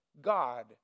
God